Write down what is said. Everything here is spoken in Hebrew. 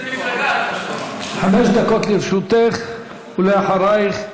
חמש דקות לרשותך, ואחריך,